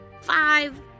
five